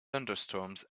thunderstorms